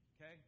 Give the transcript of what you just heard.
Okay